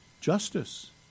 Justice